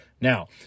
Now